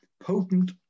potent